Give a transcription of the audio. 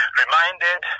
reminded